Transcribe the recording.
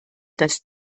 dass